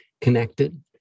connected